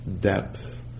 depth